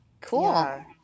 Cool